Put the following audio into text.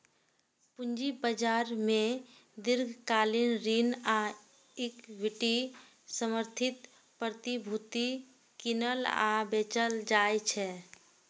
पूंजी बाजार मे दीर्घकालिक ऋण आ इक्विटी समर्थित प्रतिभूति कीनल आ बेचल जाइ छै